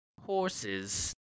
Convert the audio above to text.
horses